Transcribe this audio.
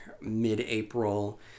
mid-April